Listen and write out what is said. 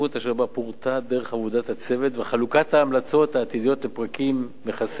אשר בו פורטה דרך עבודת הצוות וחלוקת ההמלצות העתידיות לפרקים: מכסים,